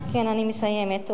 כן, אני מסיימת.